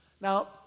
Now